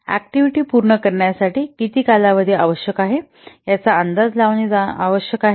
activity पूर्ण करण्यासाठी किती कालावधी आवश्यक आहे याचा अंदाज लावला जाणे आवश्यक आहे